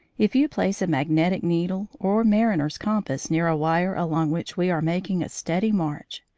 if you place a magnetic needle or mariner's compass near a wire along which we are making a steady march,